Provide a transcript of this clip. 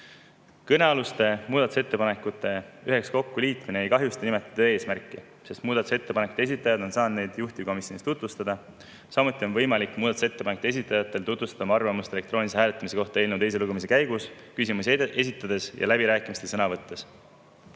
Kõnealuste muudatusettepanekute üheks kokkuliitmine ei kahjusta nimetatud eesmärki, sest muudatusettepanekute esitajad on saanud neid juhtivkomisjonis tutvustada. Samuti on muudatusettepanekute esitajatel võimalik tutvustada oma arvamust elektroonilise hääletamise kohta eelnõu teise lugemise käigus küsimusi esitades ja läbirääkimistel sõna võttes.